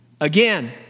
Again